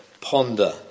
ponder